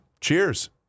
cheers